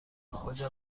کجا